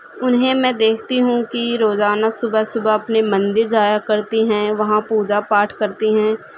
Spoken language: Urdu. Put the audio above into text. انہیں میں دیکھتی ہوں کہ روزانہ صبح صبح اپنے مندر جایا کرتی ہیں وہاں پوجا پاٹھ کرتی ہیں